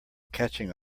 catching